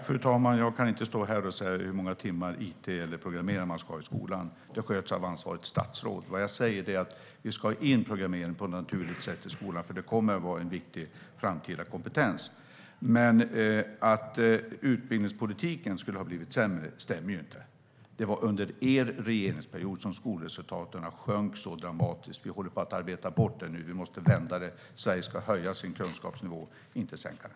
Fru talman! Jag kan inte stå här och säga hur många timmar it eller programmering man ska ha i skolan. Det sköts av ansvarigt statsråd. Vad jag säger är att vi ska ha in programmering på ett naturligt sätt i skolan, för det kommer att vara en viktig framtida kompetens. Att utbildningspolitiken skulle ha blivit sämre stämmer inte. Det var under er regeringsperiod som skolresultaten sjönk så dramatiskt. Vi håller på att arbeta bort det nu. Vi måste vända det. Sverige ska höja sin kunskapsnivå, inte sänka den.